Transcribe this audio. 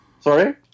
Sorry